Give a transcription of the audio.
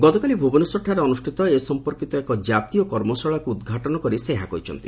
ଗତକାଲି ଭୁବନେଶ୍ୱରଠାରେ ଅନୁଷିତ ଏ ସମ୍ମର୍କୀତ ଏକ ଜାତୀୟ କର୍ମଶାଳାକୁ ଉଦ୍ଘାଟିତ କରି ସେ ଏହା କହିଛନ୍ତି